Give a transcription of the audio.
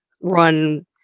run